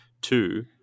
Two